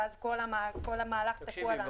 ואז כל המהלך תקוע לנו,